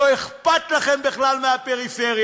לא אכפת לכם בכלל מהפריפריה.